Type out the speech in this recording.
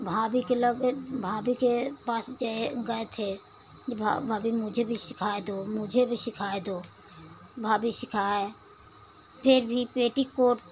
भाभी के लगे भाभी के पास गए गए थे कि भाभी मुझे सिखाए दो मुझे भी सिखाए दो भाभी सिखाए फिर भी पेटीकोट